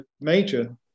major